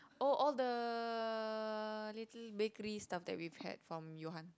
oh all the little bakery stuff that we've had from Yohan